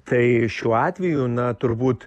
tai šiuo atveju na turbūt